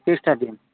hockey stadium